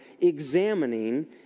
examining